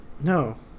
No